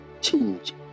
change